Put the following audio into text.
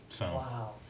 Wow